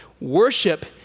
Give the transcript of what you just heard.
Worship